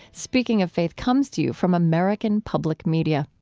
speaking of faith comes to you from american public media